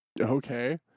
Okay